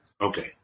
Okay